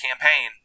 campaign